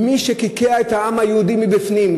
מי שקעקע את העם היהודי מבפנים,